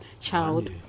child